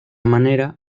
manera